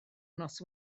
nos